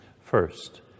First